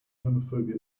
homophobia